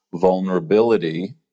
vulnerability